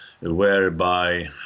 whereby